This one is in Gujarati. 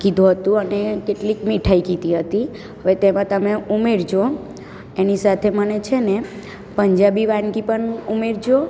કીધું હતું અને કેટલીક મીઠાઈ કીધી હતી હવે તો તમે એમાં ઉમેરજો એની સાથે મને છે ને પંજાબી વાનગી પણ ઉમેરજો